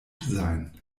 sein